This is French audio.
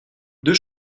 deux